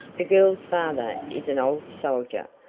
the girl's father is an old soldier,